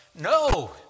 no